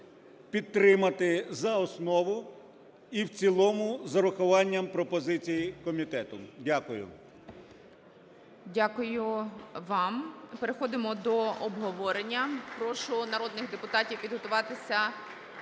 підтримати за основу і в цілому з урахуванням пропозицій комітету. Дякую.